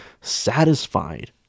satisfied